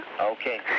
Okay